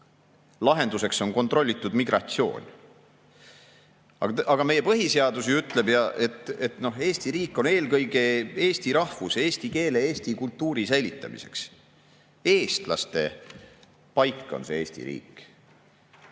lahenduseks on kontrollitud migratsioon. Aga meie põhiseadus ütleb, et Eesti riik on eelkõige eesti rahvuse, eesti keele, eesti kultuuri säilitamiseks. Eestlaste paik on see Eesti riik.